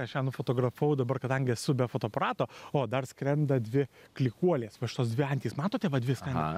aš ją nufotografavau dabar kadangi esu be fotoaparato o dar skrenda dvi klykuolės va šitos dvi antys matote va dvi skrenda